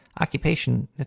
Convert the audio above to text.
occupation